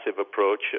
approach